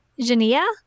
Jania